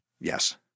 Yes